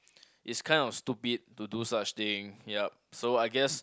is kind of stupid to do such thing ya so I guess